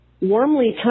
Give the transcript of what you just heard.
warmly